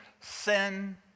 sin